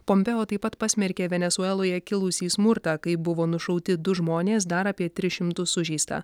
pompėo taip pat pasmerkė venesueloje kilusį smurtą kai buvo nušauti du žmonės dar apie tris šimtus sužeista